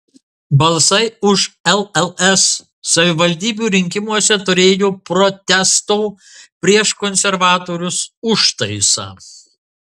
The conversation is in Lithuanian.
balsai už lls savivaldybių rinkimuose turėjo protesto prieš konservatorius užtaisą